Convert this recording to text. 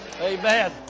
Amen